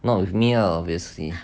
not with me lah obviously